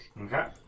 Okay